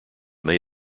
may